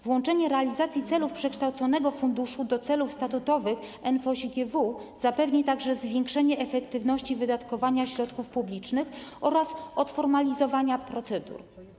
Włączenie realizacji celów przekształconego funduszu do celów statutowych NFOŚiGW zapewni także zwiększenie efektywności wydatkowania środków publicznych oraz odformalizowanie procedur.